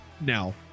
now